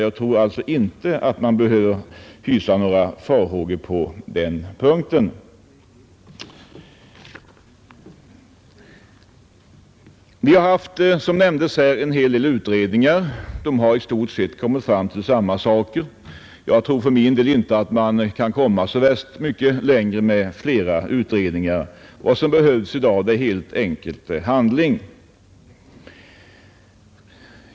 Jag tror inte man behöver hysa några farhågor på den punkten. Vi har, såsom nämnts, haft en hel del utredningar. De har i stort sett givit samma resultat. Jag tror för min del inte att man kan komma så värst mycket längre med flera utredningar. Vad som i dag behövs är helt enkelt handling.